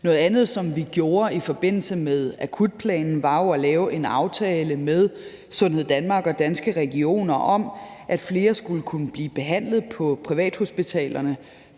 Noget andet, som vi gjorde i forbindelse med akutplanen, var jo at lave en aftale med Sundhed Danmark og Danske Regioner om, at flere skulle kunne blive behandlet på privathospitalerne